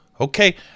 Okay